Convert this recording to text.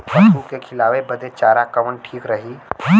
पशु के खिलावे बदे चारा कवन ठीक रही?